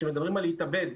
שמדברים על להתאבד.